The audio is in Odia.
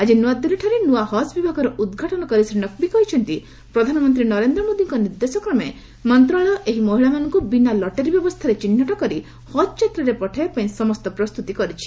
ଆଜି ନୂଆଦିଲ୍ଲୀଠାରେ ନୂଆ ହଜ୍ ବିଭାଗର ଉଦ୍ଘାଟନ କରି ଶ୍ରୀ ନକ୍ଭି କହିଛନ୍ତି ପ୍ରଧାନମନ୍ତ୍ରୀ ନରେନ୍ଦ୍ରମୋଦିଙ୍କ ନିର୍ଦ୍ଦେଶକ୍ରମେ ମନ୍ତ୍ରଣାଳୟ ଏହି ମହିଳାମାନଙ୍କୁ ବିନା ଲଟେରୀ ବ୍ୟବସ୍ଥାରେ ଚିହ୍ନଟ କରି ହଜ୍ ଯାତ୍ରାରେ ପଠାଇବା ପାଇଁ ସମସ୍ତ ପ୍ରସ୍ତୁତି କରିଛି